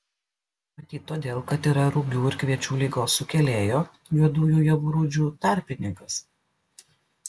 matyt todėl kad yra rugių ir kviečių ligos sukėlėjo juodųjų javų rūdžių tarpininkas